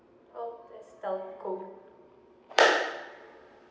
telco